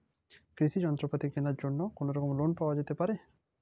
কৃষিযন্ত্রপাতি কেনার জন্য কোনোরকম লোন পাওয়া যেতে পারে?